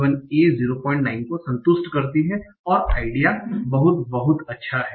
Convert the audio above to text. a 09 को संतुष्ट करती है और आइडिया बहुत बहुत आसान है